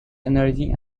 energy